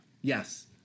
Yes